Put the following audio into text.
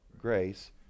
grace